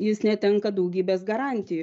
jis netenka daugybės garantijų